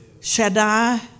Shaddai